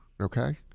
okay